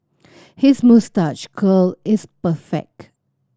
his moustache curl is perfect